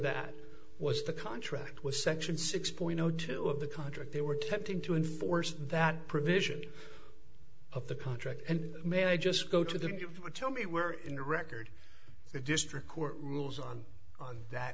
that was the contract was section six point zero two of the contract they were tempting to enforce that provision of the contract and may i just go to the give tell me where in the record the district court rules on on that